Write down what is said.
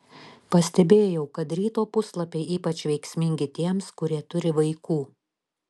pastebėjau kad ryto puslapiai ypač veiksmingi tiems kurie turi vaikų